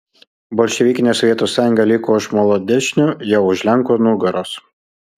bolševikinė sovietų sąjunga liko už molodečno jau už lenkų nugaros